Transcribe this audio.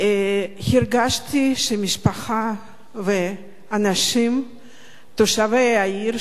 הרגשתי שהמשפחה והאנשים תושבי העיר,